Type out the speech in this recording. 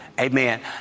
Amen